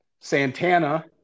Santana